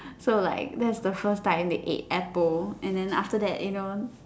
so like that's the first time they ate apple and then after that you know